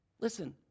Listen